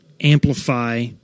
amplify